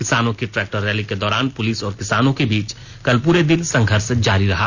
किसानों की tractor rally के दौरान पुलिस और किसानों के बीच कल पूरे दिन संघर्ष जारी रहा